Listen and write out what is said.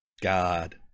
God